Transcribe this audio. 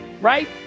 right